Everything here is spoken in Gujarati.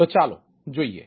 તો ચાલો તે જોઈએ